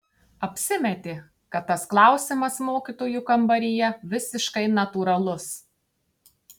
apsimetė kad tas klausimas mokytojų kambaryje visiškai natūralus